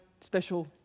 special